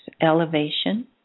elevation